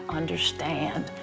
understand